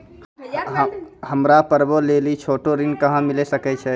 हमरा पर्वो लेली छोटो ऋण कहां मिली सकै छै?